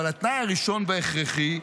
אבל התנאי הראשון וההכרחי,